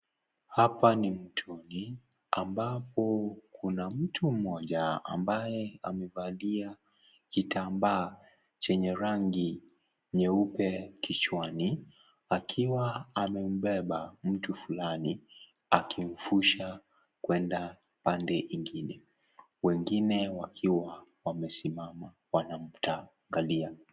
Hapa ni mtoni ambapo kuna mtu mmoja ambaye amevalia kitambaa chenye rangi nyeupe kichwani akiwa amembeba mtu fulani akimfusha kwenda pande ingine wengine wakiwa wamesimama wanamtangalia.